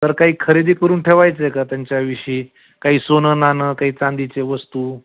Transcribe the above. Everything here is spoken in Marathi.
तर काही खरेदी करून ठेवायचं आहे का त्यांच्याविषयी काही सोनं नाणं काही चांदीचे वस्तू